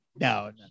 No